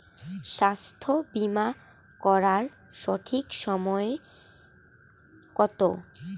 স্বাস্থ্য বীমা করার সঠিক বয়স কত?